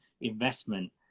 investment